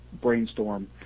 brainstorm